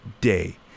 day